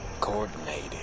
coordinated